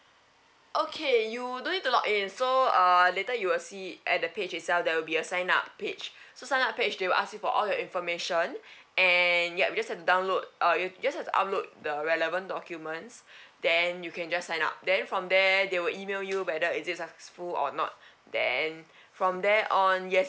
okay you do it to log in so uh later you will see at the page itself there will be a sign up page so sign up page they'll ask you for all your information and yup you just have to download uh you just upload the relevant documents then you can just sign up then from there they will email you whether is it successful or not then from there on yes